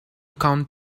count